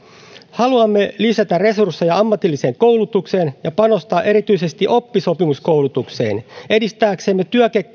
haluamme lisätä resursseja ammatilliseen koulutukseen ja panostaa erityisesti oppisopimuskoulutukseen edistääksemme